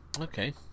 Okay